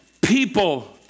people